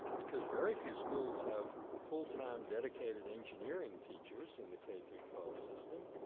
because very few schools have full time, dedicated engineering teachers in the k through twelve system,